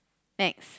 next